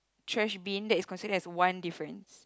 trash bin that is considered as one difference